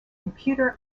computer